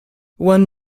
one